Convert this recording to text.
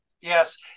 yes